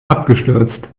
abgestürzt